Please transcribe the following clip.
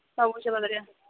ᱵᱟᱵᱚᱱ ᱪᱟᱵᱟ ᱫᱟᱲᱮᱭᱟᱜᱼᱟ